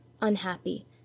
unhappy